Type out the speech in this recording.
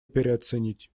переоценить